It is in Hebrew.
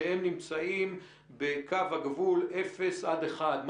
שנמצאים בקו הגבול אפס עד אחד קילומטר,